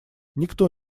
никто